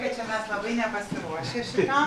tai čia mes labai nepasiruošę šitam